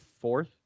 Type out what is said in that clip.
fourth